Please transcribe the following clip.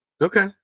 Okay